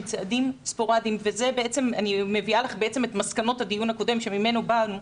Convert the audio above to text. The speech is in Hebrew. צעדים ספורדיים ובעצם אני מביאה לך את מסקנות הדיון הקודם שממנו באנו,